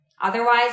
Otherwise